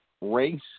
race